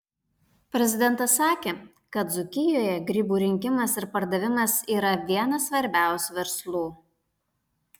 prezidentas sakė kad dzūkijoje grybų rinkimas ir pardavimas yra vienas svarbiausių verslų